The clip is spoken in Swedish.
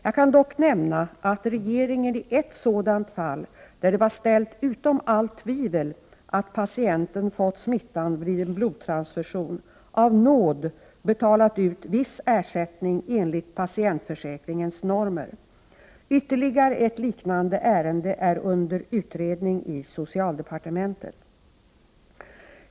Jag kan dock nämna att regeringen i ett sådant fall, där det var ställt utom allt tvivel att patienten fått smittan vid en blodtransfusion, av nåd betalat ut viss ersättning enligt patienförsäkringens normer. Ytterligare ett liknande ärende är under utredning i socialdepartementet.